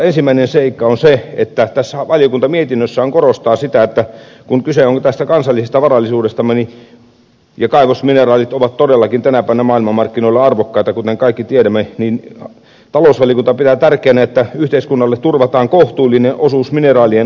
ensimmäinen seikka on se että valiokunta mietinnössään korostaa sitä kun kyse on kansallisesta varallisuudestamme ja kaivosmineraalit ovat todellakin tänä päivänä maailmanmarkkinoilla arvokkaita kuten kaikki tiedämme niin palossa limbo pitää tärkeänä että yhteiskunnalle turvataan kohtuullinen osuus mineraalien arvosta